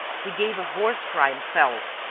he gave a hoarse cry and fell.